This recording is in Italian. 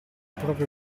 proprio